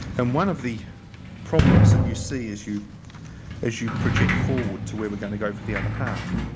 and one of the problems that you see as you as you project forward to where we're going to go for the other half